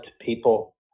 people